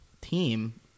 team